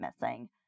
missing